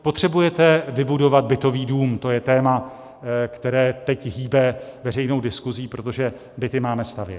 Potřebujete vybudovat bytový dům, to je téma, které teď hýbe veřejnou diskuzí, protože byty máme stavět.